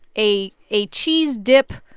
a a cheese dip